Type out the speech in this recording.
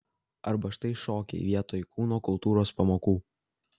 arba štai šokiai vietoj kūno kultūros pamokų